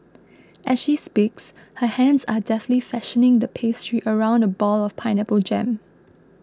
as she speaks her hands are deftly fashioning the pastry around a ball of pineapple jam